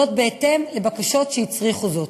בהתאם לבקשות שהצריכו זאת.